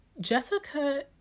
Jessica